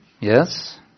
Yes